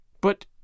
But